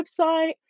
website